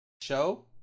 Show